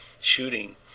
shooting